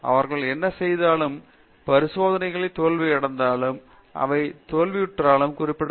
அவர்கள் என்ன செய்தாலும் பரிசோதனைகள் தோல்வியடைந்தாலும் அவை தோல்வியுற்றதாக குறிப்பிடப்பட வேண்டும்